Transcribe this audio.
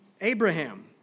Abraham